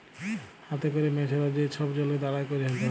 হাতে ক্যরে মেছরা যে ছব জলে দাঁড়ায় ধ্যরে